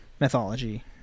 mythology